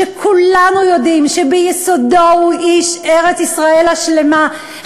שכולנו יודעים שביסודו הוא איש ארץ-ישראל השלמה,